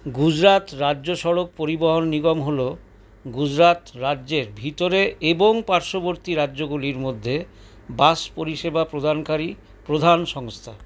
গুজরাত রাজ্য সড়ক পরিবহন নিগম হল গুজরাত রাজ্যের ভিতরে এবং পার্শ্ববর্তী রাজ্যগুলির মধ্যে বাস পরিষেবা প্রদানকারী প্রধান সংস্থা